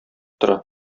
тора